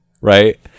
right